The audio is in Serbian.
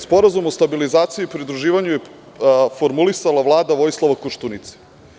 Sporazum o stabilizaciji i pridruživanju je formulisala Vlada Vojislava Koštunice.